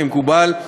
כמקובל.